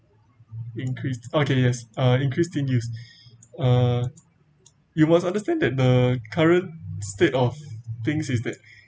increased okay yes increased in use uh you must understand that the current state of things is that